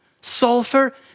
sulfur